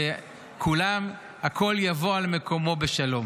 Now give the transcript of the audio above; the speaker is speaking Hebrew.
הכול יבוא על מקומו בשלום.